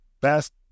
best